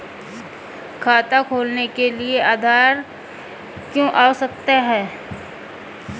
खाता खोलने के लिए आधार क्यो आवश्यक है?